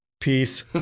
Peace